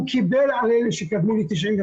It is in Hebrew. הוא קיבל על אלה שקדמו ל-98',